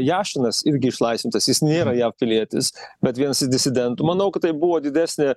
jašinas irgi išlaisvintas jis nėra jav pilietis bet vienas iš disidentų manau kad tai buvo didesnė